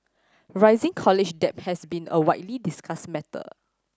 rising college debt has been a widely discussed matter